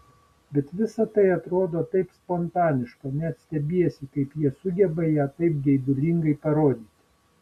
bet visa tai atrodo taip spontaniška net stebiesi kaip jie sugeba ją taip geidulingai parodyti